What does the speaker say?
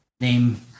name